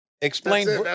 Explain